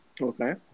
Okay